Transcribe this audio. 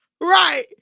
right